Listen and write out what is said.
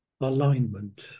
Alignment